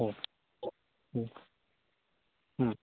अ